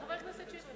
חבר הכנסת שטרית,